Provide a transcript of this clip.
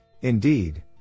indeed